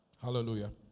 Hallelujah